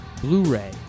Blu-ray